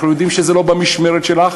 אנחנו יודעים שזה לא קרה במשמרת שלך,